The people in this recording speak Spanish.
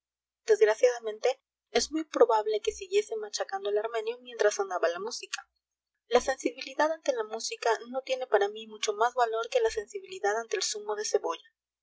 desgraciadamente es muy probable que siguiese machacando al armenio mientras sonaba la música la sensibilidad ante la música no tiene para mí mucho más valor que la sensibilidad ante el zumo de cebolla